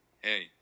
Hey